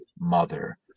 mother